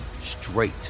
straight